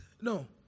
No